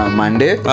monday